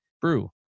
brew